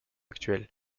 actuel